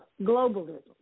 globalism